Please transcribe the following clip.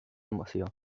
moció